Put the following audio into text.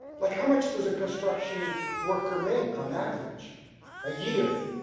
like how much does a construction worker make on average a year?